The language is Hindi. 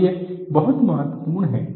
तो यह बहुत महत्वपूर्ण है